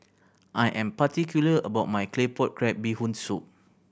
I am particular about my Claypot Crab Bee Hoon Soup